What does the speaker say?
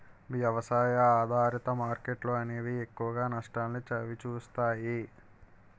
వ్యవసాయ ఆధారిత మార్కెట్లు అనేవి ఎక్కువగా నష్టాల్ని చవిచూస్తాయి